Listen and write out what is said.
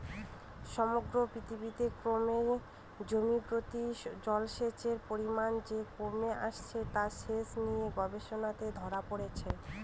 সমগ্র পৃথিবীতে ক্রমে জমিপ্রতি জলসেচের পরিমান যে কমে আসছে তা সেচ নিয়ে গবেষণাতে ধরা পড়েছে